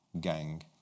gang